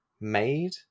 made